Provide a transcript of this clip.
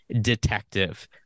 detective